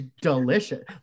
delicious